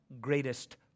greatest